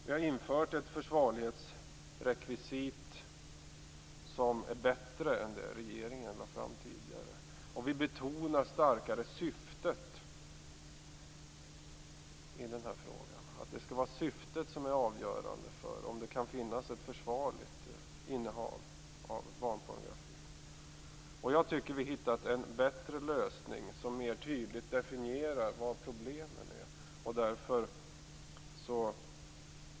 Vi har föreslagit ett försvarlighetsrekvisit som är bättre än det förslag regeringen lade fram tidigare. Vi betonar starkare att det skall vara syftet som är avgörande om det kan finnas ett försvarligt innehav av barnpornografi. Jag tycker att vi har hittat en bättre lösning som mer tydligt definierar var problemen finns.